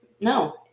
No